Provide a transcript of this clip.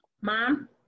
Mom